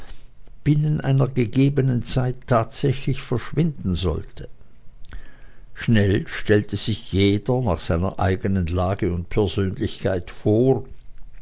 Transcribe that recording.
binnen einer gegebenen zeit tatsächlich verschwinden sollte schnell stellte sich jeder nach seiner eigenen lage und persönlichkeit vor